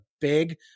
big